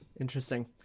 Interesting